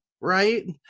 right